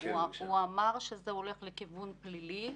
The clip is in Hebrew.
הוא אמר שזה הולך לכיוון פלילי.